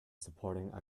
supporting